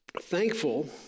thankful